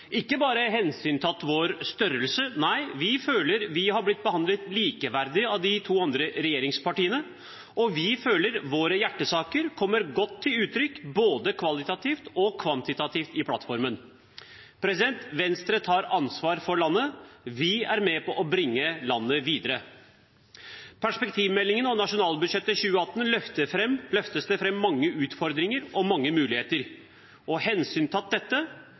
ikke bare hensyntatt vår størrelse, nei, vi føler vi har blitt behandlet likeverdig av de to andre regjeringspartiene, og vi føler våre hjertesaker kommer godt til uttrykk, både kvalitativt og kvantitativt i plattformen. Venstre tar ansvar for landet. Vi er med på å bringe landet videre. I perspektivmeldingen og nasjonalbudsjettet for 2018 løftes det fram mange utfordringer og mange muligheter. Hensyntatt dette